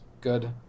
good